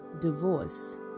divorce